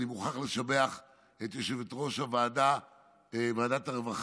אני מוכרח לשבח את יושבת-ראש ועדת הרווחה